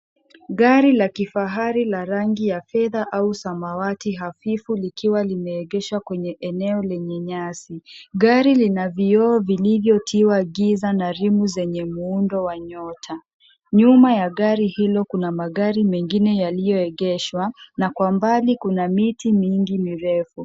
Gari la kifahari la rangi ya fedha au samawati hafifu likiwa limeegesha kwenye eneo lenye nyasi. Gari lina vioo vilivyotiwa giza na rimu zenye muundo wa nyota. Nyuma ya gari hilo kuna magari mengine yaliyoegeshwa na kwa mbali kuna miti mingi mirefu.